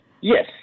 Yes